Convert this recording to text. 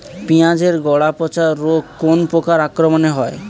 পিঁয়াজ এর গড়া পচা রোগ কোন পোকার আক্রমনে হয়?